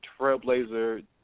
Trailblazer